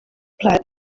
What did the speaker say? played